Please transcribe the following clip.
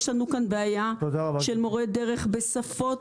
יש לנו כאן בעיה של מורי דרך בשפות